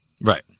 Right